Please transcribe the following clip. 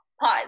pause